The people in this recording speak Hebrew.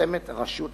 שמפרסמת הרשות המקומית.